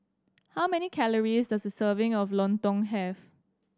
how many calories does a serving of Lontong have